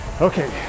okay